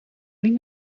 niet